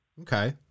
Okay